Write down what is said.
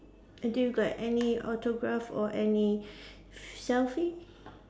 do you got any autograph or any selfie